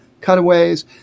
cutaways